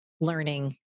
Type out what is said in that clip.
learning